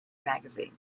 magazine